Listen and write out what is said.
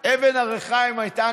אבן הריחיים הייתה